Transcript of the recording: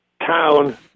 town